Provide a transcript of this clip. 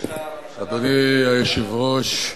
אדוני היושב-ראש,